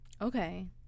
Okay